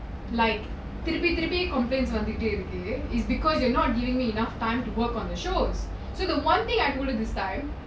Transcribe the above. like did we திருப்பி திருப்பி:thirupi thirupi complains வந்துட்டாய் இருக்கு:vanthutae iruku is because you're not giving me enough time to work on the shows so the one thing I will do this time